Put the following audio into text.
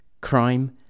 crime